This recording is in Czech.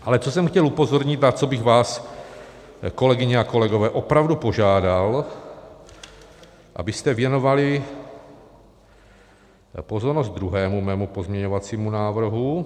Ale co jsem chtěl upozornit, o co bych vás, kolegyně a kolegové, opravdu požádal, abyste věnovali pozornost druhému mému pozměňovacímu návrhu.